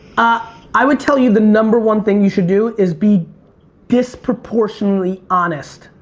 ah i would tell you the number one thing you should do is be disproportionally honest.